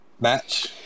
match